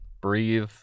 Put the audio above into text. breathe